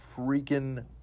freaking